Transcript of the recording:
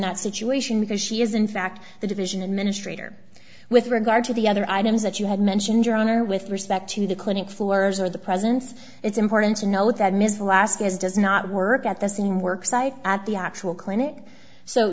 that situation because she is in fact the division administrator with regard to the other items that you had mentioned your honor with respect to the clinic floors or the presence it's important to note that ms flask is does not work at the same work site at the actual clean it so